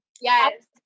Yes